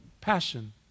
passion